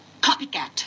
Copycat